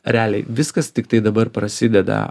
realiai viskas tiktai dabar prasideda